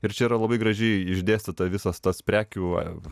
ir čia yra labai gražiai išdėstyta visas tas prekių